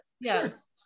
yes